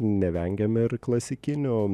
nevengiame ir klasikinių